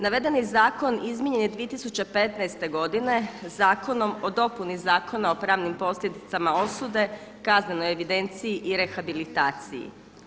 Navedeni zakon izmijenjen je 2015. zakonom o dopuni Zakona o pravnim posljedicama osude, kaznenoj evidenciji i rehabilitaciji.